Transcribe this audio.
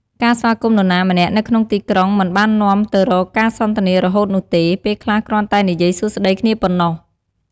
ការស្វាគមន៍នរណាម្នាក់នៅក្នុងទីក្រុង មិនបាននាំទៅរកការសន្ទនារហូតនោះទេ ពេលខ្លះគ្រាន់តែនិយាយសួស្តីគ្នាប៉ណ្ណោះ។